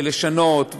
ולשנות,